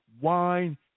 wine